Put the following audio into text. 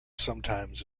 sometimes